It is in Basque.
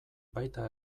baita